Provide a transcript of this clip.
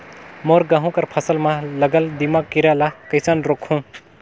मोर गहूं कर फसल म लगल दीमक कीरा ला कइसन रोकहू?